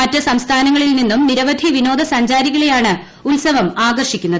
മറ്റ് സംസ്ഥാനങ്ങളിൽ നിന്നും നിരവധി വിനോദസഞ്ചാരികളെയാണ് ഉത്സവം ആകർഷിക്കുന്നത്